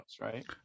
right